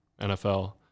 NFL